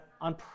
on